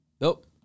Nope